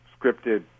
scripted